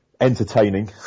entertaining